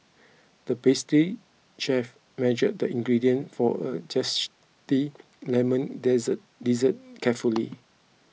the pastry chef measured the ingredients for a zesty lemon desert dessert carefully